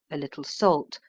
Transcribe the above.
a little salt,